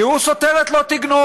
כי הוא סותר את "לא תגנוב".